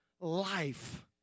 life